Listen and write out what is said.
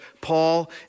Paul